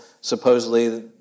supposedly